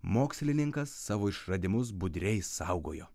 mokslininkas savo išradimus budriai saugojo